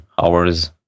hours